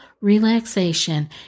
relaxation